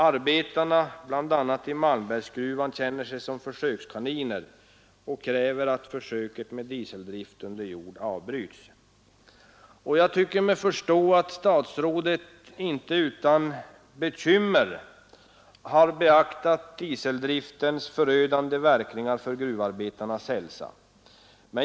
Arbetarna i bl.a. Malmbergsgruvorna känner sig som försökskaniner och kräver att försöket med dieseldrift under jord avbryts. Jag tycker mig förstå att statsrådet inte utan bekymmer har beaktat dieselgasens förödande verkningar för gruvarbetarnas hälsa.